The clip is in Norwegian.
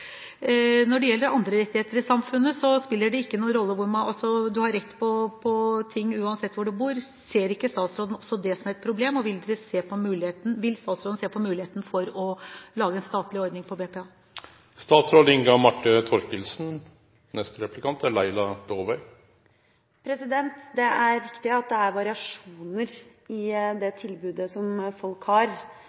Når det gjelder andre rettigheter i samfunnet, har man dem uansett hvor man bor. Ser ikke statsråden også det som et problem? Vil statsråden se på muligheten for å lage en statlig ordning for BPA? Det er riktig at det er variasjoner i det tilbudet som folk har,